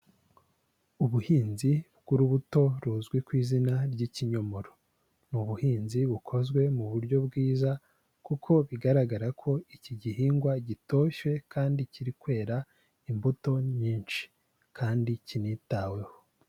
Ubuhinzi bw'urubuto ruzwi ku izina ry'ikinyomoro, ni ubuhinzi bukozwe mu buryo bwiza kuko bigaragara ko iki gihingwa gitoshyewe kandi kiri kwera imbuto nyinshi kandi kinitaweho.